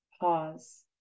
Pause